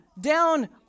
down